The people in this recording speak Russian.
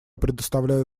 предоставляю